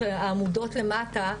העמודות למטה,